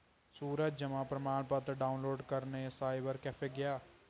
सूरज जमा प्रमाण पत्र डाउनलोड करने साइबर कैफे गया